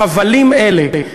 חבלים אלה,